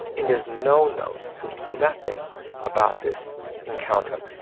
and there's no notes, just nothing about this encounter.